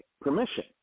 permission